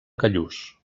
callús